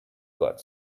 got